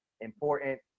important